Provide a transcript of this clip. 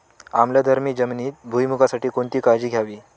आम्लधर्मी जमिनीत भुईमूगासाठी कोणती काळजी घ्यावी?